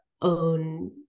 own